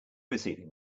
receiving